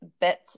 bit